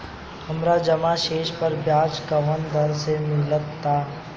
हमार जमा शेष पर ब्याज कवना दर से मिल ता?